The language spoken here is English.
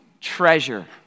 Treasure